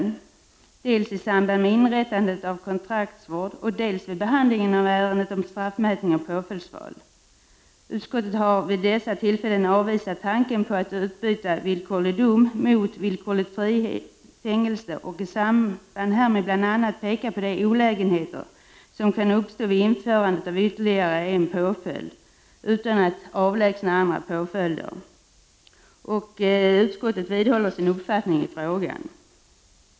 Det har skett dels i samband med inrättandet av kontraktsvård, dels vid behandling av ärenden om straffmätning och påföljdsval. Utskottet har vid dessa tillfällen avvisat tanken på att utbyta villkorlig dom mot villkorligt fängelse och i samband härmed bl.a. pekat på olägenheter som kan uppstå vid införandet av ytterligare en påföljd utan att andra påföljder avlägsnas. Utskottet vidhåller sin uppfattning i frågan.